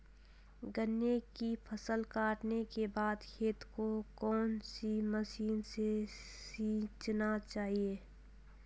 गन्ने की फसल काटने के बाद खेत को कौन सी मशीन से सींचना चाहिये?